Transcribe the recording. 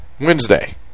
Wednesday